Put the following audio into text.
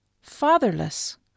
fatherless